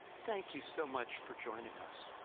thank you so much for joining us.